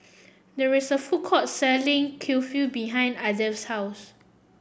there is a food court selling Kulfi behind Adolf's house